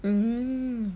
mm